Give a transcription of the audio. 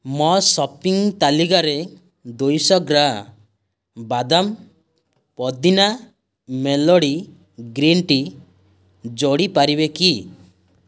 ମୋ ସପିଂ ତାଲିକାରେ ଦୁଇଶହ ଗ୍ରା ବାଦାମ ପୋଦିନା ମେଲୋଡ଼ି ଗ୍ରୀନ୍ ଟି ଯୋଡ଼ି ପାରିବେ କି